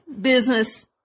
business